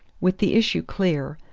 with the issue clear,